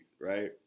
right